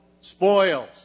spoils